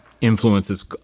influences